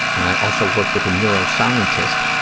i also worked with a neuroscientist,